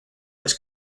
was